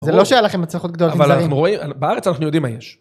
זה לא שהיה לכם הצלחות גדולות בארץ אנחנו יודעים מה יש.